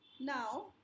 Now